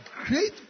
great